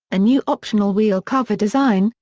a new optional wheel cover design,